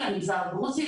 למגזר הדרוזי,